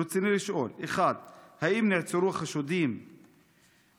רצוני לשאול: 1. האם נעצרו חשודים ברציחות?